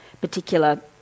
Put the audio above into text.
particular